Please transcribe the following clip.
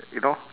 you know